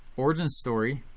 origin story